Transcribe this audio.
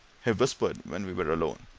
he whispered when we were alone.